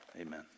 amen